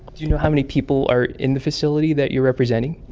you know how many people are in the facility that you're representing?